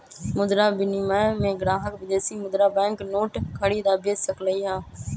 मुद्रा विनिमय में ग्राहक विदेशी मुद्रा बैंक नोट खरीद आ बेच सकलई ह